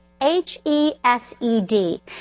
H-E-S-E-D